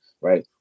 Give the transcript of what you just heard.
right